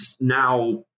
now